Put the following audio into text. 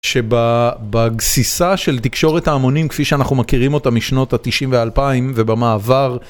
שבגסיסה של תקשורת ההמונים, כפי שאנחנו מכירים אותה משנות ה-90 ו-2000 ובמעבר.